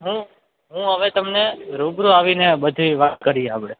હું હું હવે તમને રૂબરૂ આવીને બધી વાત કરીએ આપણે